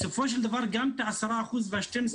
בסופו של דבר גם ה-10% וה-12%,